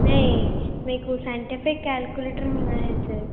نہیں میرے کو سینٹفک کیلکو لیٹر ہونا ہے صرف